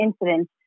incident